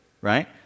Right